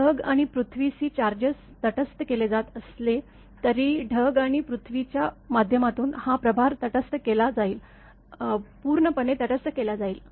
ढग आणि पृथ्वी सी चार्जेस तटस्थ केले जात असले तरीढग आणि पृथ्वीच्या माध्यमातून हा प्रभार तटस्थ केला जाईल पूर्णपणे तटस्थ केला जाईल